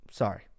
Sorry